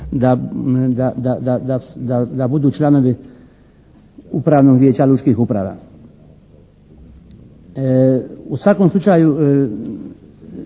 da budu članovi upravnog vijeća lučkih uprava. U svakom slučaju